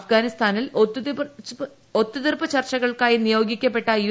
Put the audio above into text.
അഫ്ഗാനിസ്ഥാനിൽ ഒത്തുത്തൂർപ്പ് ്ചർച്ചകൾക്കായി നിയോഗിക്കപ്പെട്ട യു